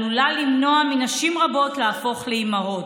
עלולה למנוע מנשים רבות להפוך לאימהות.